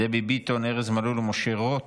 דבי ביטון, ארז מלול ומשה רוט.